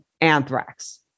anthrax